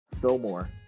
Fillmore